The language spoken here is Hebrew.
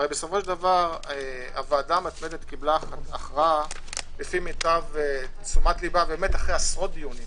הרי בסופו של דבר הוועדה המתמדת קיבלה הכרעה אחרי עשרות דיונים.